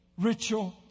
ritual